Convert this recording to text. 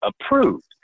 approved